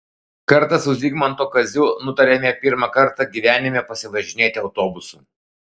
kartą su zigmanto kaziu nutarėme pirmą kartą gyvenime pasivažinėti autobusu